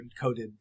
encoded